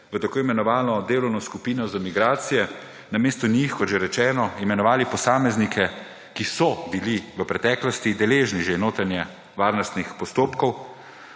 v tako imenovano delovno skupino za migracije. Namesto njih, kot že rečeno, imenovali posameznike, ki so bili v preteklosti deležni že notranjevarnostnih postopkov.